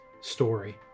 story